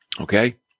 Okay